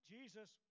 Jesus